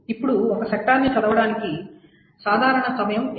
ఇప్పుడు ఒక సెక్టార్ని చదవడానికి సాధారణ సమయం ఎంత